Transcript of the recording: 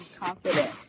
confident